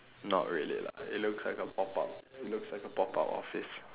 not really lah it looks like a pop up it looks like a pop up office